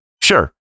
sure